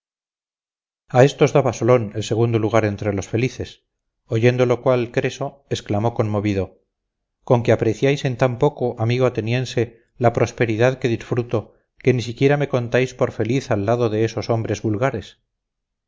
a estos daba solón el segundo lugar entre los felices oyendo lo cual creso exclamó conmovido conque apreciáis en tan poco amigo ateniense la prosperidad que disfruto que ni siquiera me contáis por feliz al lado de esos hombres vulgares